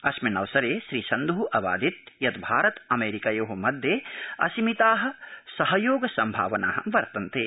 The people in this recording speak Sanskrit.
आस्मिन्नवसरे श्रीसन्ध अवादीतृ यत् भारतामेरिकयो मध्ये असीमिता सहयोग सम्भावना वर्तन्ते